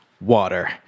water